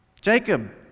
Jacob